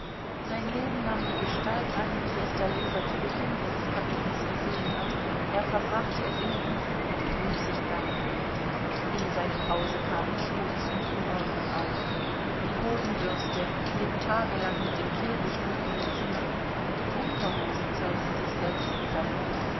sein leben nahm die gestalt an wie es der leser zu beginn dieses kapitels gesehen hat er verbrachte es im liegen und im müßiggang in seinem hause kamen schmutz und unordnung auf die bodenbürste blieb tagelang mit dem kehricht mitten im zimmer die unterhosen zeigten sich selbst im salon